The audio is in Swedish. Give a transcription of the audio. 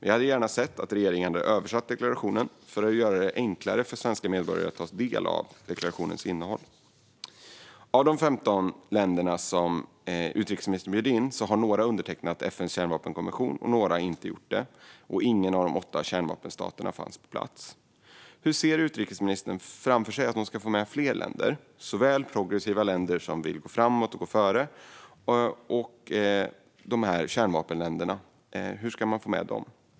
Jag hade gärna sett att regeringen hade översatt deklarationen för att göra det lättare för svenska medborgare att ta del av dess innehåll. Av de 15 länder som utrikesministern bjöd in har några undertecknat FN:s kärnvapenkonvention, och några har inte gjort det. Ingen av de åtta kärnvapenstaterna fanns på plats. Hur ser utrikesministern framför sig att hon ska få med sig fler länder, såväl progressiva länder som vill gå framåt och gå före som kärnvapenländerna? Hur ska man få med dem?